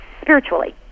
spiritually